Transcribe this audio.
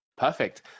Perfect